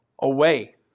away